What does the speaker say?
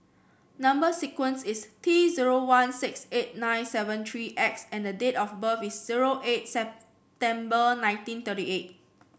number sequence is T zero one six eight nine seven three X and the date of birth is zero eight September nineteen thirty eight